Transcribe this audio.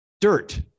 dirt